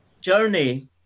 journey